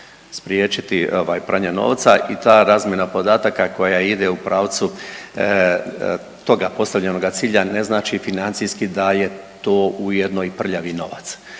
spriječiti ovaj pranje novca i ta razmjena podataka koja ide u pravcu toga postavljenoga cilja ne znači financijski da je to ujedno i prljavi novac,